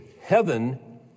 Heaven